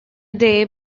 day